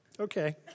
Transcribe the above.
Okay